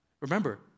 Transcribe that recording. Remember